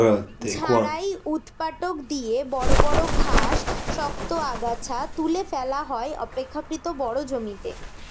ঝাড়াই ঊৎপাটক দিয়ে বড় বড় ঘাস, শক্ত আগাছা তুলে ফেলা হয় অপেক্ষকৃত বড় জমিতে